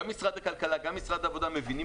גם משרד הכלכלה וגם משרד העבודה מבינים